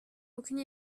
aucune